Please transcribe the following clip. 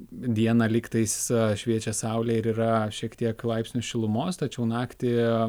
dieną lyg tais šviečia saulė ir yra šiek tiek laipsnių šilumos tačiau naktį